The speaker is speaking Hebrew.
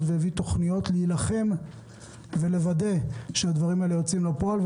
להילחם ולוודא שהדברים האלה יוצאים לפועל,